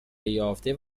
یافته